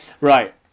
right